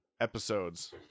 episodes